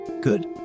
Good